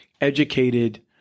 educated